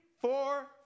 four